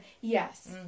Yes